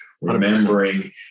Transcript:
Remembering